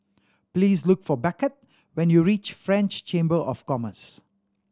please look for Beckett when you reach French Chamber of Commerce